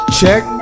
check